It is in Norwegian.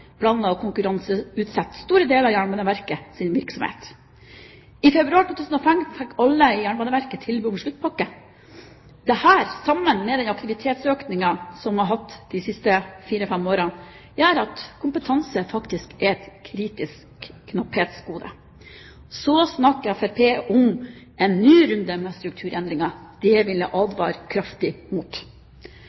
planla å konkurranseutsette store deler av Jernbaneverkets virksomhet. I februar 2005 fikk alle i Jernbaneverket tilbud om sluttpakke. Dette, sammen med den aktivitetsøkningen som man har hatt de siste fire–fem årene, gjør at kompetanse er et kritisk knapphetsgode. Så snakker Fremskrittspartiet om en ny runde med strukturendringer. Det vil jeg advare kraftig mot.